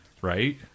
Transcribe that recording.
Right